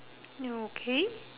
okay